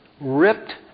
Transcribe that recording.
ripped